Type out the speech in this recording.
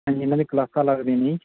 ਹਾਂਜੀ ਇਹਨਾਂ ਦੀ ਕਲਾਸਾਂ ਲੱਗਦੀਆਂ ਨੇ ਜੀ